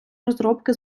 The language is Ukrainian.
розробки